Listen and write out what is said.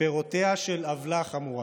מפירותיה של עוולה חמורה.